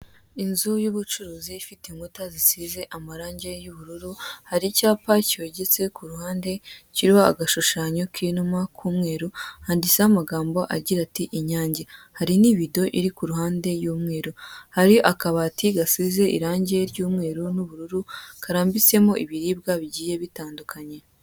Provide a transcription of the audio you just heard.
Inzu y'ubucuruzi ifite inkuta zisize amarange y'ubururu. Hari icyapa kibugitse ku ruhande kiriho agashushanyo k'ikuma k'umweru, kanditseho amagambo agira ati Inyange. Hari n'ivido iri ku ruhande y'umweru. Hari akabati gasize irangi ry'umweru n'ubururu karambitsemo ibiribwa bigiye bitandukanye.